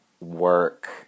work